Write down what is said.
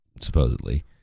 supposedly